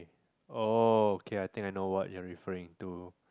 oh okay I think I know what you referring to